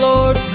Lord